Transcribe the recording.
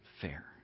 fair